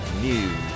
news